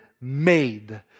made